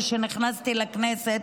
כשנכנסתי לכנסת,